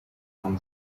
from